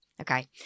Okay